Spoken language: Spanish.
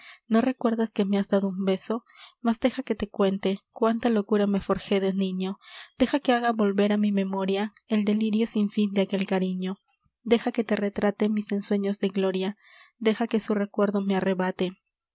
no recuerdas que me has dado un beso mas deja que te cuente cuánta locura me forjé de niño deja que haga volver á mi memoria el delirio sin fin de aquel cariño deja que te retrate mis ensueños de gloria deja que su recuerdo me arrebate